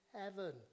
heaven